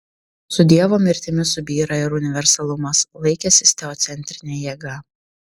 su dievo mirtimi subyra ir universalumas laikęsis teocentrine jėga